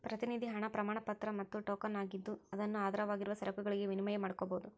ಪ್ರತಿನಿಧಿ ಹಣ ಪ್ರಮಾಣಪತ್ರ ಮತ್ತ ಟೋಕನ್ ಆಗಿದ್ದು ಅದನ್ನು ಆಧಾರವಾಗಿರುವ ಸರಕುಗಳಿಗೆ ವಿನಿಮಯ ಮಾಡಕೋಬೋದು